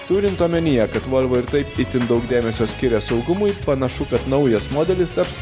turint omenyje kad volvo ir taip itin daug dėmesio skiria saugumui panašu kad naujas modelis taps